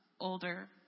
older